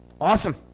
Awesome